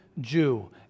Jew